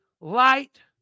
light